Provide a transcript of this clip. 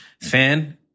fan